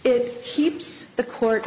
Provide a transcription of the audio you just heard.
it keeps the court